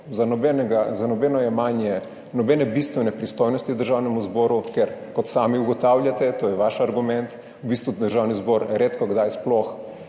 Za nobeno jemanje bistvene pristojnosti Državnemu zboru, ker, kot sami ugotavljate, to je vaš argument, je v bistvu Državni zbor redkokdaj sploh